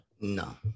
No